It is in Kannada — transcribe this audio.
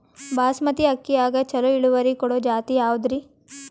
ಬಾಸಮತಿ ಅಕ್ಕಿಯಾಗ ಚಲೋ ಇಳುವರಿ ಕೊಡೊ ಜಾತಿ ಯಾವಾದ್ರಿ?